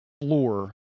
floor